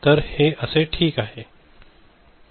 तर ते ठीक आहे